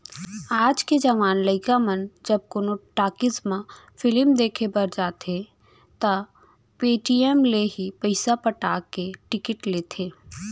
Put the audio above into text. आज के जवान लइका मन जब कोनो टाकिज म फिलिम देखे बर जाथें त पेटीएम ले ही पइसा पटा के टिकिट लेथें